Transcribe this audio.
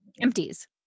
empties